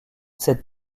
cette